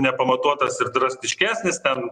nepamatuotas ir drastiškesnis ten